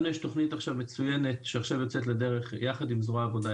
לנו יש תכנית מצויינת שעכשיו יוצאת לדרך יחד עם זרוע העבודה,